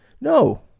No